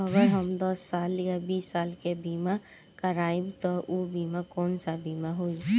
अगर हम दस साल या बिस साल के बिमा करबइम त ऊ बिमा कौन सा बिमा होई?